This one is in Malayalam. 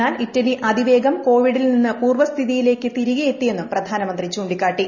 എന്നാൽ ഇറ്റലി അതിവേഗം കോവിഡിൽ നിന്നും പൂർവ്വസ്ഥിതിയിലേക്ക് തിരികെയെത്തിയെന്നും പ്രധാനമന്ത്രി ചൂണ്ടിക്കാട്ടി